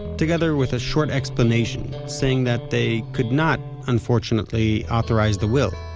together with a short explanation saying that they could not, unfortunately, authorize the will.